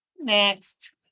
Next